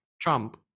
Trump